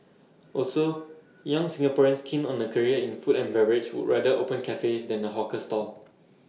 also young Singaporeans keen on A career in food and beverage would rather open cafes than A hawker stall